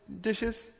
Dishes